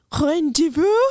rendezvous